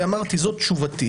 אמרתי: זאת תשובתי